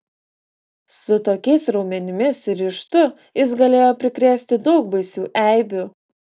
su tokiais raumenimis ir ryžtu jis galėjo prikrėsti daug baisių eibių